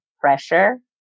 pressure